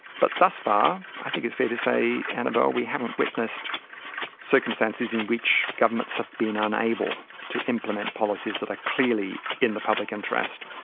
but thus far i think it's fair to say, annabelle, we haven't witnessed circumstances in which governments have been unable to implement policies that are clearly in the public interest.